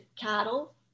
cattle